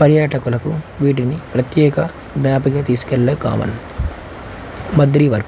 పర్యాటకులకు వీటిని ప్రత్యేక గ్యాపిక తీసుకెళ్ళ కావలెను బద్రి వర్క్